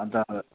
अन्त